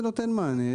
זה נותן מענה,